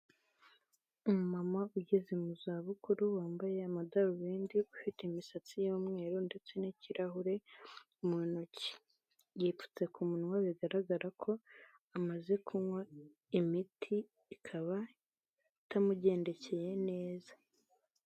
Umumama ugeze mu za bukuru, wambaye amadarubindi, ufite imisatsi y'umweru ndetse n'kirahure mu ntoki. Yipfutse ku munwa bigaragara ko amaze kunywa imiti, ikaba itamugendekeye neza.